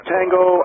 Tango